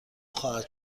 خواهد